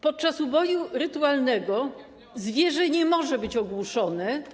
Podczas uboju rytualnego zwierzę nie może być ogłuszone.